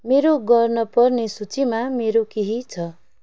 मेरो गर्न पर्ने सूचीमा मेरो केही छ